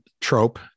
trope